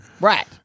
Right